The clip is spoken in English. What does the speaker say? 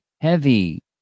heavy